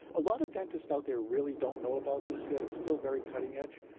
a lot of dentists out there really don't know about this yet, it's still very cutting edge,